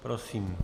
Prosím.